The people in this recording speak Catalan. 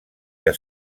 que